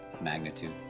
Magnitude